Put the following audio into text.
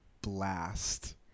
blast